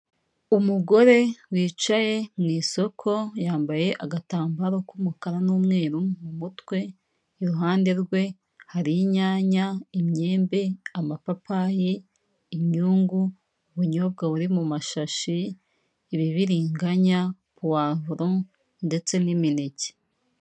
Umugore wicaye mu isoko yambaye agatambaro k'umukara n'umweru mu mutwe, iruhande rwe hari inyanya, imyembe, amapapayi, inyungu, ubunyobwa buri mu mashashi, ibibiriganya pavuro ndetse n'imineke.